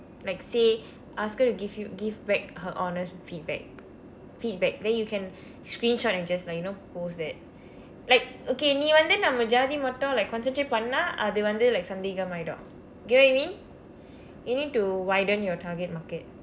like say ask her to give you give back her honest feedback feedback then you can screenshot and just like you know post that like okay நீ வந்து நம்ம ஜாதி மட்டும்:nii vandthu namma jaathi matdum like consider பண்ணா அது வந்து:pannaa athu vandthu like சந்தேகம் ஆகிரும்:santheekam aakirum get what I mean you need to widen your target market